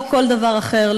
לא כל דבר אחר,